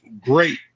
great